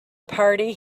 party